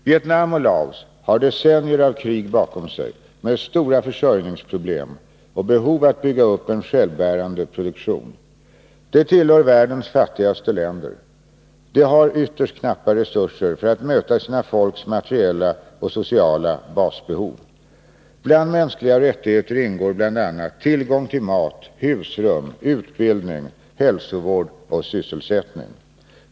Vietnam och Laos har decennier av krig bakom sig med stora försörjningsproblem och behov att bygga upp en självbärande produktion. De tillhör världens fattigaste länder. De har ytterst knappa resurser för att möta sina folks materiella och sociala basbehov. Bland mänskliga rättigheter ingår tillgång till mat, husrum, utbildning, hälsovård och sysselsättning.